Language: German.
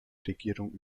regierung